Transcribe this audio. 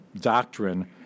doctrine